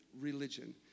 religion